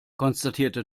konstatierte